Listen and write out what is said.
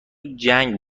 جنگ